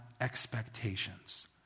expectations